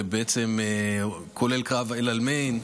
כולל קרב אל-עלמיין.